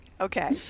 Okay